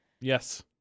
Yes